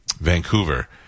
Vancouver